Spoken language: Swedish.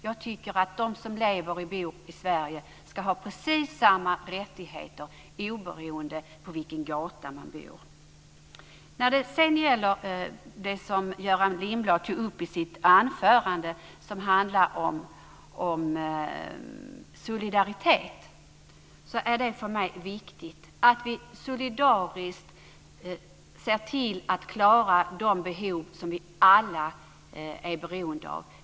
Jag tycker att de som lever och bor i Sverige ska ha precis samma rättigheter oberoende av vilken gata de bor på. Göran Lindblad tog upp frågan om solidaritet i sitt anförande. Det är för mig viktigt att vi solidariskt ser till att klara de behov vi alla är beroende av.